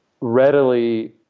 readily